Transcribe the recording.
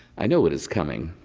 i know what is coming.